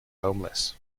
homeless